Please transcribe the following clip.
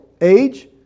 age